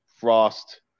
Frost